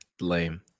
Lame